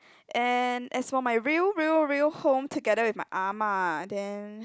and as for my real real real home together with my ah-ma then